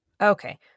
okay